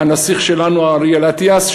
הנסיך שלנו אריאל אטיאס,